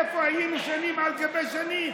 איפה היינו שנים על גבי שנים.